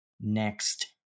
next